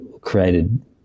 created